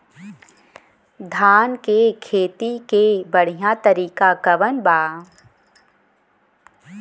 धान के खेती के बढ़ियां तरीका कवन बा?